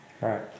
Right